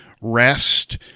rest